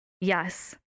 Yes